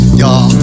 Y'all